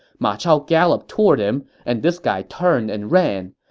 ma chao galloped toward him, and this guy turned and ran.